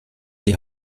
die